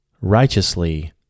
righteously